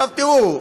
עכשיו תראו.